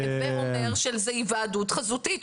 הווה אומר שזו היוועדות חזותית,